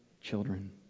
children